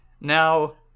Now